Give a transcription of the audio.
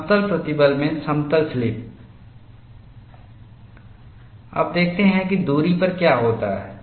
समतल प्रतिबल में समतल स्लिप अब देखते हैं कि दूरी पर क्या होता है